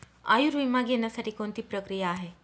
आयुर्विमा घेण्यासाठी कोणती प्रक्रिया आहे?